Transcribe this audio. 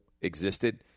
existed